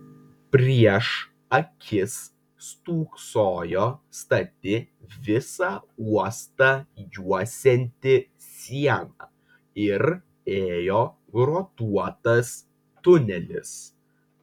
prieš akis stūksojo stati visą uostą juosianti siena ir ėjo grotuotas tunelis